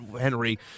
Henry